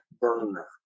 burner